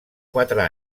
quatre